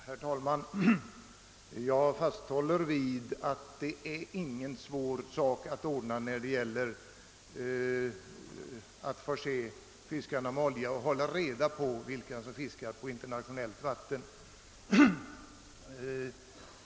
Herr talman! Jag fasthåller vid att det inte är någon svår sak att förse fiskarna med olja och att hålla reda på vilka som fiskar på internationellt vatten.